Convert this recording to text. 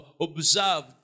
observed